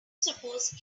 suppose